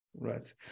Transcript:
Right